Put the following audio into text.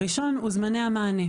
ההיבט הראשון הוא זמני המענה.